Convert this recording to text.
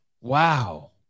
Wow